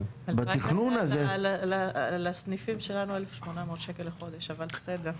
--- על הסניפים שלנו 1800 שקל לחודש, אבל בסדר.